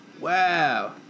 Wow